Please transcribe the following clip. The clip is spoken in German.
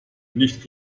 nicht